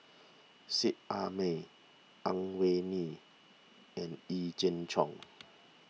Seet Ai Mee Ang Wei Neng and Yee Jenn Jong